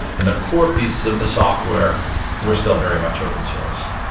and the core pieces of the software were still very much open source.